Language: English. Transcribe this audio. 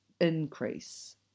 increase